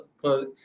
close